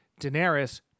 Daenerys